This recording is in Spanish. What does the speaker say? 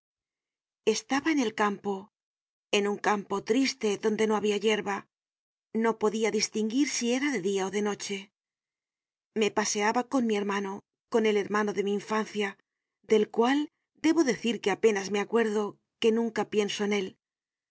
estaba en el campo en un campo triste donde no habia yerba no podia distinguir si era de dia ó de noche me paseaba con mi hermano con el hermano de mi infancia del cual debo decir que apenas me acuerdo que nunca pienso en él hablábamos y